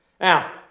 Now